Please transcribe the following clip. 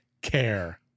care